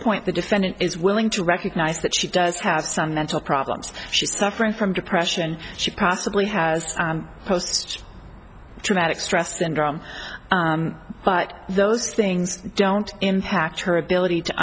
point the defendant is willing to recognize that she does have some mental problems she's suffering from depression she possibly has post traumatic stress and drama but those things don't impact her ability to